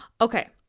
Okay